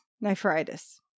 Nephritis